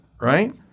Right